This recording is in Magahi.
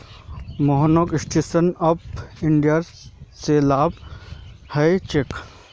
मोहनक स्टैंड अप इंडिया स लाभ ह छेक